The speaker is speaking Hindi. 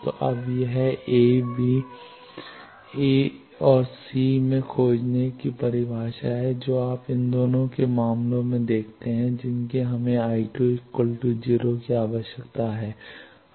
तो यह अब ए बी ए और सी में खोजने की परिभाषा है जो आप इन दोनों मामलों में देखते हैं जिनकी हमें I2 0 की आवश्यकता है